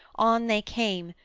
on they came,